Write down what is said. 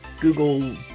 Google